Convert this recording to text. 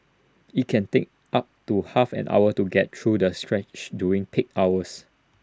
IT can take up to half an hour to get through the stretch during peak hours